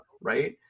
right